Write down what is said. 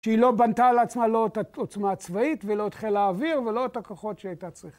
שהיא לא בנתה על עצמה לא את העוצמה צבאית ולא את חיל האוויר ולא את הכוחות שהייתה צריכה.